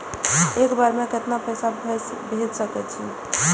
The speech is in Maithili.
एक बार में केतना पैसा भेज सके छी?